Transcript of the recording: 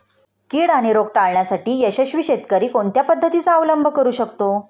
कीड आणि रोग टाळण्यासाठी यशस्वी शेतकरी कोणत्या पद्धतींचा अवलंब करू शकतो?